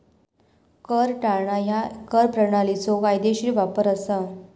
कर टाळणा ह्या कर प्रणालीचो कायदेशीर वापर असा